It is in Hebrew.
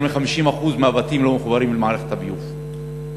מ-50% מהבתים בהם לא מחוברים למערכת הביוב.